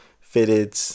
fitted